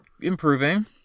improving